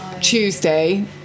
Tuesday